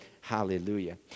Hallelujah